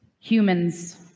Humans